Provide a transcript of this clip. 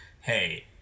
hey